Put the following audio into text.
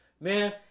man